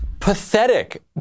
Pathetic